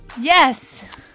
Yes